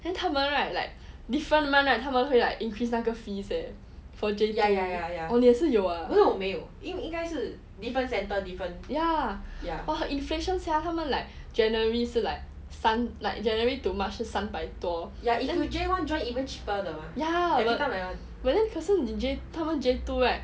then 他们 right like different month right 他们会 like increase 那个 fees eh for the oh 你也是有 ah ya !wah! inflation sia 他们 like january 是 like 三 like january to march 是三百多 ya but then 可是你 J 他们 J two right